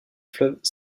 fleuve